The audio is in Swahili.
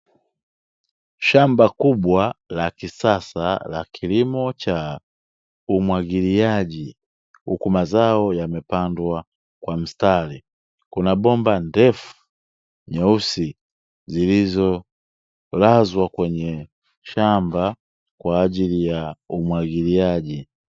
Shamba kubwa la kisasa la kilimo cha umwagiliaji, huku mazao yamepandwa kwa mstari. Kuna bomba ndefu nyeusi zilizolazwa kwenye shamba kwa ajili ya umwagiliaji.